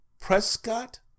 prescott